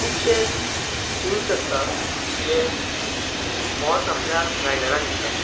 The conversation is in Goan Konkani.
खुबशे हिन्ट्स आसतात जे हाॅर्स आपल्या रायडराक दिता